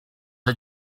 are